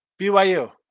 BYU